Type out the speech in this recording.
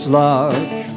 large